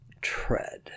Tread